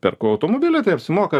perku automobilį tai apsimoka